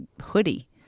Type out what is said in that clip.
hoodie